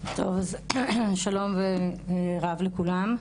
שלום רב לכולם,